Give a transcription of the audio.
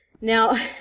Now